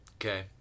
okay